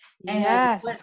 Yes